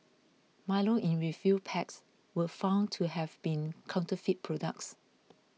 milo in refill packs were found to have been counterfeit products